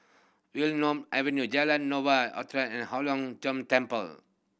Wilmonar Avenue Jalan Novena Utara and Hong Lim Jiong Temple